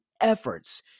efforts